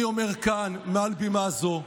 אני אומר כאן, מעל בימה זו: